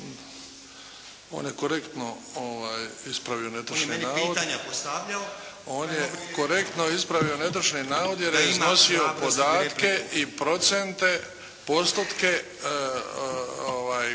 On je korektno ispravio netočni navod jer je iznosio podatke i procente, postupke tih